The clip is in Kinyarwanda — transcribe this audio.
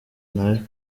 nawe